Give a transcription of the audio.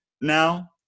now